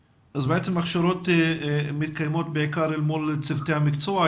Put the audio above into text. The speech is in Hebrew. ההכשרות מתקיימות בעיקר אל מול צוותי המקצוע,